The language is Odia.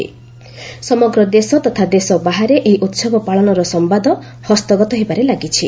ସମଗ୍ର ଦେଶ ତଥା ଦେଶ ବାହାରେ ଏହି ଉତ୍ସବ ପାଳନର ସମ୍ବାଦ ହସ୍ତଗତ ହେବାରେ ଲାଗିଛି